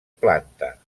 planta